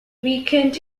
weekend